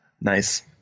Nice